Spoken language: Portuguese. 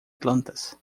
plantas